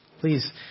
Please